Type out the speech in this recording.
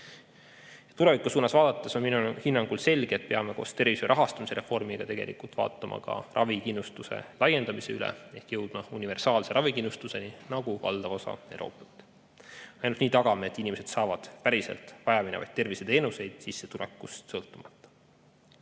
Tulevikku vaadates on minu hinnangul selge, et peame koos tervishoiu rahastamise reformiga tegelikult vaatama ka ravikindlustuse laiendamise üle ehk jõudma universaalse ravikindlustuseni nagu valdav osa Euroopast. Ainult nii tagame, et inimesed saavad päriselt vajaminevaid terviseteenuseid sissetulekust sõltumata.